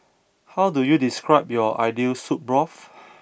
how do you describe your ideal soup broth